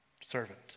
servant